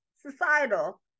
societal